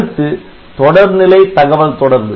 அடுத்து தொடர்நிலை தகவல் தொடர்பு